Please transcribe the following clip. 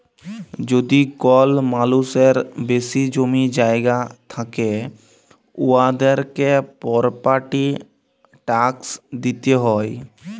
যদি কল মালুসের বেশি জমি জায়গা থ্যাকে উয়াদেরকে পরপার্টি ট্যাকস দিতে হ্যয়